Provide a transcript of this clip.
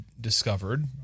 discovered